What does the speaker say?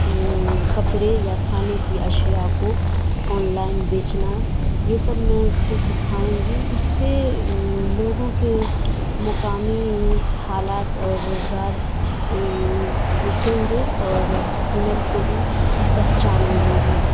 کپڑے یا کھانے کی اشیاء کو آن لائن بیچنا یہ سب میں اس کو سکھاؤں گی اس سے لوگوں کے مقامی حالات اور روزگار سدھریں گے اور ہنر کو بھی پہچان ملے گی